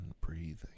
breathing